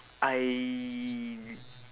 I